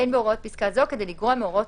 אין בהוראות פסקה זו כדי לגרוע מהוראות